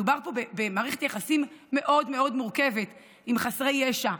שמדובר פה במערכת יחסים מאוד מאוד מורכבת עם חסרי ישע,